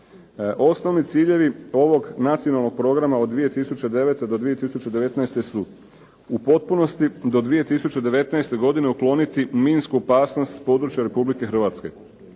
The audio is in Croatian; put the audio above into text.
Osnovni ciljevi ovog nacionalnog programa od 2009. do 2019. su u potpunosti do 2019. godine ukloniti minsku opasnost s područja Republike Hrvatske,